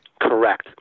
Correct